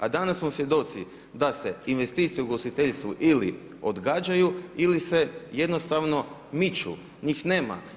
A danas smo svjedoci da se investicija u ugostiteljstvu ili odgađaju li se jednostavno miču, njih nema.